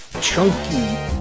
Chunky